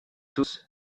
tous